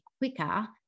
quicker